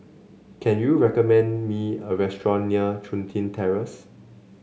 can you recommend me a restaurant near Chun Tin Terrace